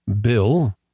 bill